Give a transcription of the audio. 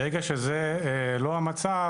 ברגע שזה לא המצב,